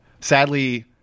sadly